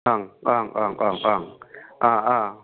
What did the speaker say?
ओं ओं ओं ओं ओं अ अ